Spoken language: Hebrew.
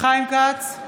חיים כץ,